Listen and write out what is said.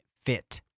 fit